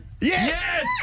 Yes